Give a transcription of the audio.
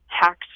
hacked